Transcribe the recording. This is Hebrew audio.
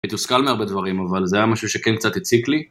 מתסכל מהרבה דברים אבל זה היה משהו שכן קצת הציק לי